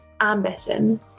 ambition